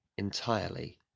Entirely